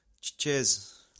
Cheers